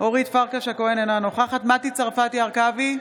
אורית פרקש הכהן, אינה נוכחת מטי צרפתי הרכבי,